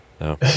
No